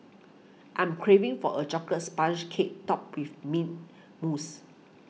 I'm craving for a Chocolate Sponge Cake Topped with Mint Mousse